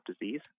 disease